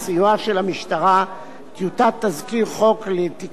טיוטת תזכיר חוק לתיקון חוק הכניסה לישראל,